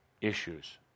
issues